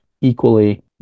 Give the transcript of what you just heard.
equally